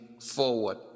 forward